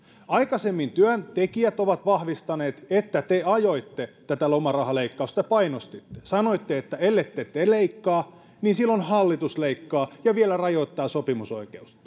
aikaisemmin työntekijät ovat vahvistaneet että te ajoitte tätä lomarahaleikkausta ja painostitte sanoitte että ellette te leikkaa niin silloin hallitus leikkaa ja vielä rajoittaa sopimusoikeutta